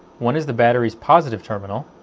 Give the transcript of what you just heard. one is the batteries' positive terminal,